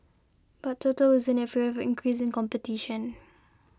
but Total isn't afraid of increasing competition